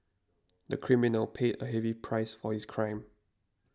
the criminal paid a heavy price for his crime